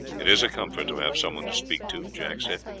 it is a comfort to have someone to speak to, jack said,